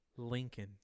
Lincoln